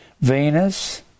Venus